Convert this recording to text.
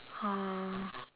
oh